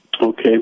Okay